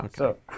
Okay